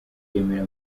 remera